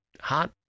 hot